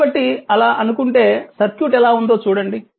కాబట్టి అలా అనుకుంటే సర్క్యూట్ ఎలా ఉందో చూడండి